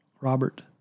Robert